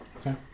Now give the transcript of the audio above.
Okay